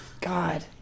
God